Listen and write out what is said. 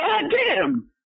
Goddamn